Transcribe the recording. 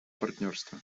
партнерства